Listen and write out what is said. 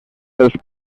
dels